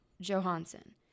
Johansson